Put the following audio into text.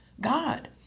God